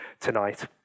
tonight